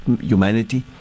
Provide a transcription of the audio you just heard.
humanity